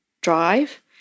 drive